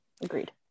agreed